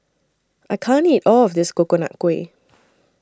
I can't eat All of This Coconut Kuih